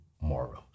morals